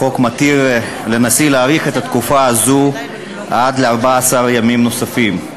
החוק מתיר לנשיא להאריך את התקופה הזאת עד 14 ימים נוספים,